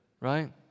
Right